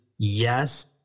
Yes